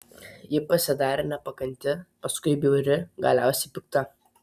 ji pasidarė nepakanti paskui bjauri galiausiai pikta